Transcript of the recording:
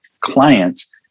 clients